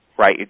right